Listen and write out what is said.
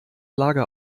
lager